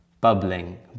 bubbling